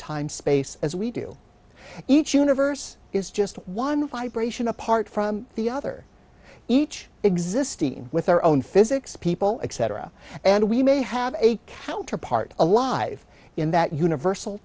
time space as we do each universe is just one vibration apart from the other each existing with our own physics people except and we may have a counterpart alive in that universal